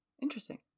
Interesting